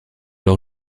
leur